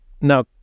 Now